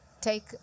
take